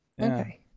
Okay